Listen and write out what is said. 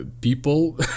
people